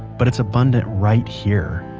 but it's abundant right here,